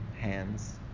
hands